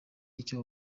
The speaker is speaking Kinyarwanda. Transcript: icyo